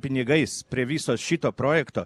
pinigais prie viso šito projekto